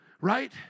Right